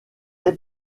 est